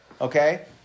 Okay